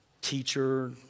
teacher